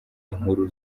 inkuru